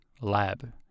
lab